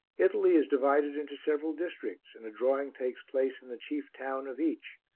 italy is divided into several districts and a drawing takes place in the chief town of each,